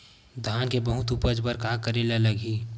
धान के बहुत उपज बर का करेला लगही?